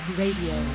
radio